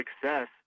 success